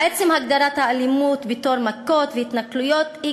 עצם הגדרת האלימות בתור מכות והתנכלויות היא